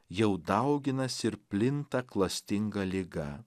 jau dauginasi ir plinta klastinga liga